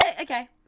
Okay